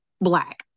Black